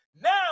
now